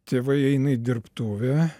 tėvai eina į dirbtuvę